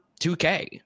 2K